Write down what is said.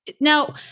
now